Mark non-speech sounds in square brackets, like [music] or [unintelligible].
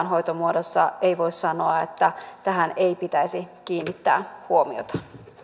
[unintelligible] hoitomuodossa ei voi sanoa että tähän ei pitäisi kiinnittää huomiota